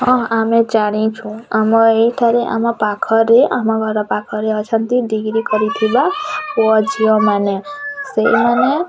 ହଁ ଆମେ ଜାଣିଛୁ ଆମ ଏଇଠାରେ ଆମ ପାଖରେ ଆମ ଘର ପାଖରେ ଅଛନ୍ତି ଡିଗ୍ରୀ କରିଥିବା ପୁଅଝିଅ ମାନେ ସେଇମାନେ